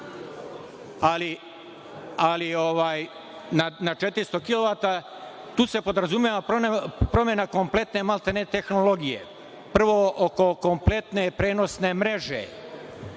ali na 400 kilovata se podrazumeva promena kompletne tehnologije. Prvo, oko kompletne prenosne mreže,